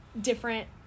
different